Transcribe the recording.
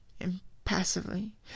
impassively